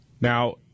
now